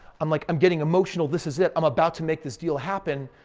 i'm like i'm getting emotional. this is it. i'm about to make this deal happen.